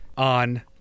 on